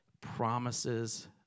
promises